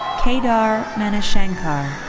kedar manishankar.